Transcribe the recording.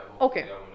okay